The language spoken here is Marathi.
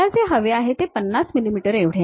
मला जे हवे आहे ते 50 मिलीमीटर एवढे आहे